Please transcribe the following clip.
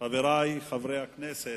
חברי חברי הכנסת,